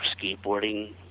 skateboarding